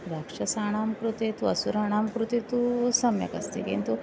राक्षसानां कृते तु असुराणां कृते तु सम्यक् अस्ति किन्तु